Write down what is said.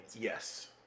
Yes